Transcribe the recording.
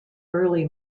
early